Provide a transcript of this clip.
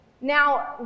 Now